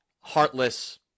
heartless